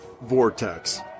Vortex